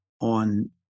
on